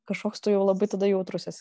kažkoks tu jau labai tada jautrus esi